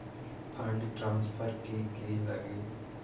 Fund transfer कि की लगी?